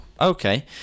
Okay